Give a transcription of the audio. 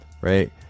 right